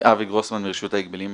אבי גרוסמן מרשות ההגבלים העסקיים.